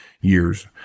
years